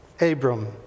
Abram